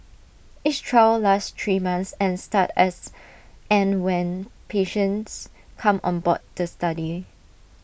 each trial lasts three months and start as and when patients come on board the study